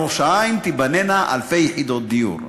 בראש-העין תיבנינה אלפי יחידות דיור.